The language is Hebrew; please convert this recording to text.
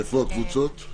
איפה ה"קבוצות"?